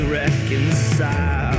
reconcile